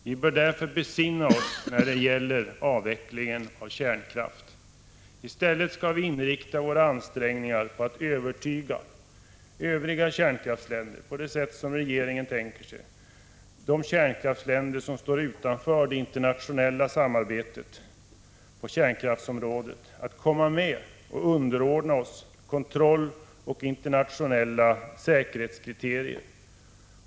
Vi bör därför besinna oss när det gäller avvecklingen av kärnkraften. I stället skall vi inrikta våra ansträngningar på att övertyga de kärnkraftsländer som står utanför det internationella samarbetet på kärnkraftsområdet om att de — på det sätt som regeringen tänker sig — skall komma med och underordna sig kontroll och internationella säkerhetskriterier.